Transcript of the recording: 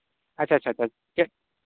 ᱟᱪᱪᱷᱟ ᱟᱪᱪᱷᱟ ᱪᱮᱫ